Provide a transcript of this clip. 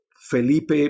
Felipe